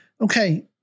okay